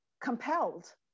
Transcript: compelled